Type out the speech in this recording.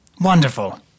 Wonderful